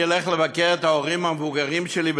אני אלך לבקר את ההורים המבוגרים שלי בבית-אבות?